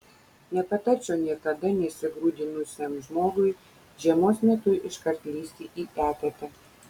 nepatarčiau niekada nesigrūdinusiam žmogui žiemos metu iškart lįsti į eketę